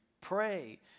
Pray